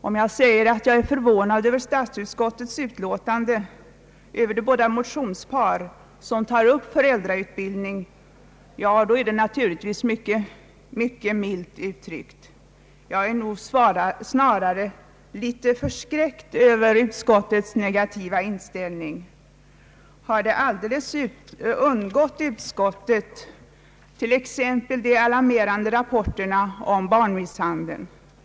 Om jag säger att jag är förvånad över statsutskottets utlåtande över de mo tionspar som tar upp frågan om föräldrautbildning, är det naturligtvis mycket milt uttryckt. Jag är nog snarare litet förskräckt över utskottets negativa inställning. Har t.ex. de alarmerande rapporterna om barnmisshandel alldeles undgått utskottet?